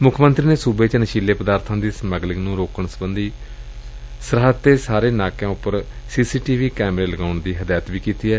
ਮੁੱਖ ਮੰਤਰੀ ਨੇ ਸੁਬੇ ਚ ਨਸ਼ੀਲੇ ਪਦਾਰਬਾਂ ਦੀ ਸਮਗਲਿੰਗ ਨੂੰ ਰੋਕਣ ਲਈ ਸਰਹੱਦ ਤੇ ਸਾਰੇ ਨਾਕਿਆਂ ਉਪਰ ਸੀ ਸੀ ਟੀ ਵੀ ਕੈਮਰੇ ਲਗਾਉਣ ਦੀ ਹਦਾਇਤ ਵੀ ਕੀਡੀ ਏ